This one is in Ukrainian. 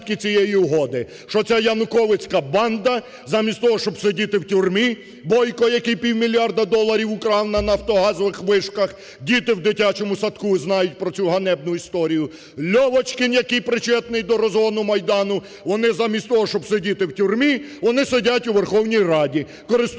Порошенком. От наслідки цієї угоди, що ця януковицька банка замість того, щоб сидіти у тюрмі, Бойко, який півмільярда доларів украв на нафтогазових вишках, діти в дитячому садку знають про цю ганебну історію, Льовочкін, який причетний до розгону Майдану, вони замість того, щоб сидіти у тюрмі, вони сидять у Верховній Раді, користуються